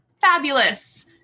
fabulous